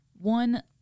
one